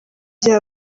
gihe